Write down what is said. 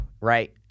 right